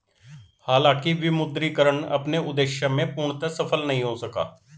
हालांकि विमुद्रीकरण अपने उद्देश्य में पूर्णतः सफल नहीं हो सका